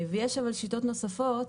יש שיטות נוספות,